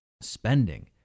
Spending